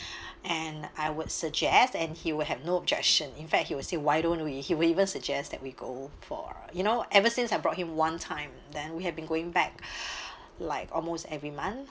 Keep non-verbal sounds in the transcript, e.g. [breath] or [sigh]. [breath] and I would suggest and he would have no objection in fact he will say why don't we he will even suggests that we go for you know ever since I brought him one time then we have been going back [breath] like almost every month